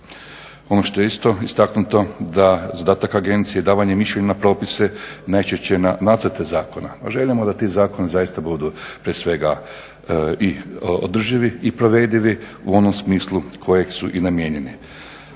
Ono što je isto istaknuto je da zadatak agencije davanje mišljenja na propise najčešće na nacrte zakona, a želimo da ti zakoni zaista budu prije svega i održivi i provedivi u onom smislu kojeg su i namijenjeni.